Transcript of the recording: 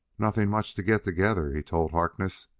nothing much to get together, he told harkness.